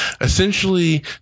essentially